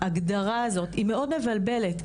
ההגדרה הזאת מבלבלת מאוד,